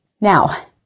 Now